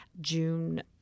June